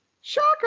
Shocker